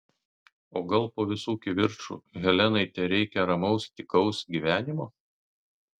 o gal po visų kivirčų helenai tereikia ramaus tykaus gyvenimo